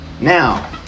Now